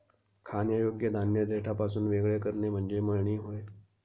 खाण्यायोग्य धान्य देठापासून वेगळे करणे म्हणजे मळणी होय